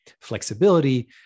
flexibility